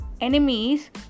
enemies